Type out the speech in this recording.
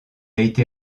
été